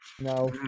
No